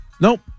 nope